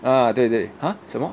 ah 对对 !huh! 什么